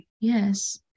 yes